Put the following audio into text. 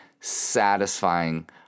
satisfying